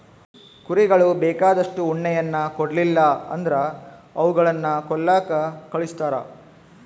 ಕುರಿಗಳು ಬೇಕಾದಷ್ಟು ಉಣ್ಣೆಯನ್ನ ಕೊಡ್ಲಿಲ್ಲ ಅಂದ್ರ ಅವುಗಳನ್ನ ಕೊಲ್ಲಕ ಕಳಿಸ್ತಾರ